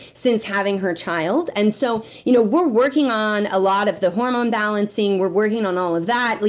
since having her child. and so you know we're working on a lot of the hormone balancing. we're working on all of that. like